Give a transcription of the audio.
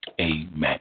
amen